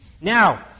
Now